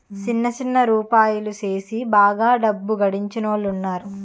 సిన్న సిన్న యాపారాలు సేసి బాగా డబ్బు గడించినోలున్నారు